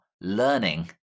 learning